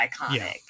iconic